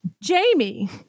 Jamie